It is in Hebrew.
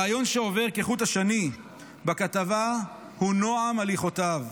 הרעיון שעובר כחוט השני בכתבה הוא נועם הליכותיו,